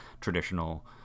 traditional